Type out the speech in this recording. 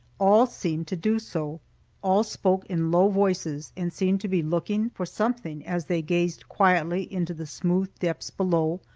all seemed to do so all spoke in low voices, and seemed to be looking for something as they gazed quietly into the smooth depths below,